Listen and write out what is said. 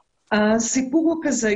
הסיפור הוא כזה,